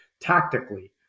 tactically